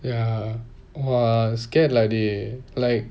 ya !wah! scared lah dey like